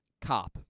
cop